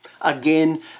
Again